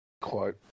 Quote